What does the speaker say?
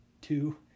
two